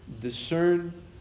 discern